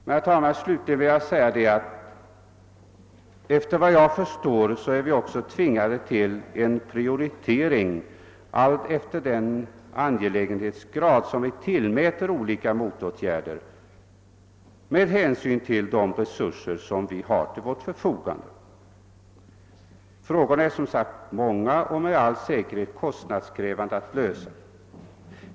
Slutligen vill jag, herr talman, framhålla att vi såvitt jag förstår också är tvingade att göra en prioritering alltefter den angelägenhetsgrad vi tillmäter olika motåtgärder med hänsyn till de resurser som finns till vårt förfogande. Problemen är som sagt många och med all sannolikhet kostnadskrävande att lösa.